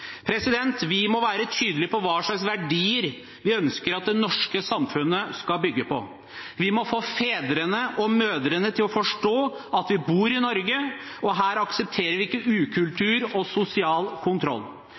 Vi må være tydelig på hva slags verdier vi ønsker at det norske samfunnet skal bygge på. Vi må få fedrene og mødrene til å forstå at vi bor i Norge, og her aksepterer vi ikke ukultur og sosial kontroll.